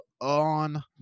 on